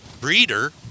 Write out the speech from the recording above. breeder